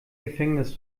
gefängnis